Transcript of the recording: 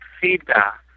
feedback